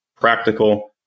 practical